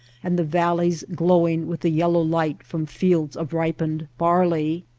and the valleys glowing with the yellow light from fields of ripened barley!